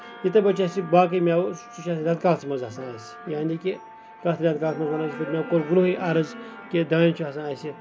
یِتھٕے پٲٹھۍ چھُ اَسہِ یہِ باقٕے میوٕ سُہ چھُ اَسہِ ریٚتہٕ کالس منٛز آسان یانے کہِ کَتھ ریٚتہٕ کالَس منٛز وَنو مےٚ کوٚر برٛونٛہٕے عرٕض کہِ دانہِ چھُ آسان اَسہِ